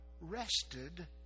rested